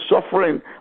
suffering